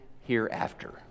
hereafter